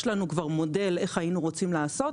יש לנו כבר מודל איך היינו רוצים לעשות,